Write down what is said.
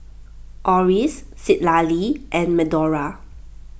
Oris Citlali and Medora